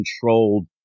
controlled